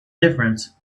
difference